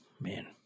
Man